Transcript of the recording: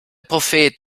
prophet